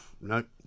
nope